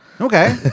Okay